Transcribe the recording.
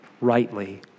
rightly